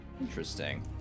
Interesting